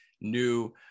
new